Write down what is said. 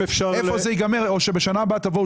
האם זה רשות החברות או השרים שהיו,